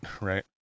right